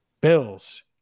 Bills